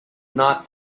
not